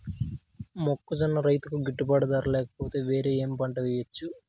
మొక్కజొన్న రైతుకు గిట్టుబాటు ధర లేక పోతే, వేరే ఏమి పంట వెయ్యొచ్చు?